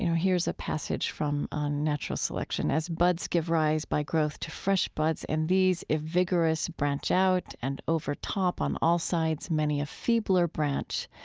you know here's a passage from natural selection. as buds give rise by growth to fresh buds, and these, if vigorous, branch out and overtop on all sides many a feebler branch,